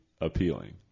appealing